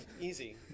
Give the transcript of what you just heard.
easy